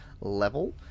level